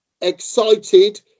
excited